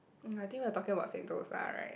I think we're talking about Sentosa right